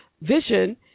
vision